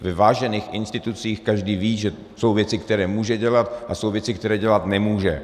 Ve vážených institucích každý ví, že jsou věci, které může dělat, a jsou věci, které dělat nemůže.